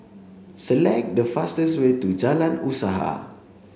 select the fastest way to Jalan Usaha